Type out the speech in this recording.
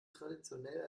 traditionell